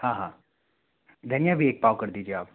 हाँ हाँ धनिया भी एक पाओ कर दीजिए आप